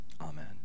amen